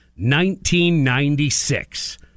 1996